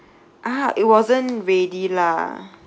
ah it wasn't ready lah